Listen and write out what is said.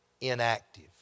inactive